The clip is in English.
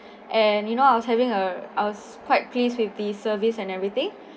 and you know I was having err I was quite pleased with the service and everything